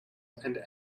and